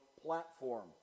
platform